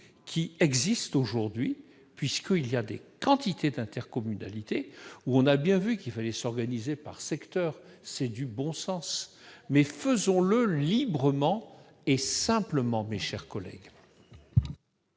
qui existe aujourd'hui. Dans quantité d'intercommunalités, on a bien vu qu'il fallait s'organiser par secteur- c'est du bon sens -, mais faisons-le librement et simplement. La parole est